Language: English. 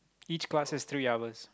each class has three hours